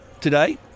today